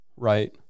Right